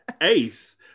Ace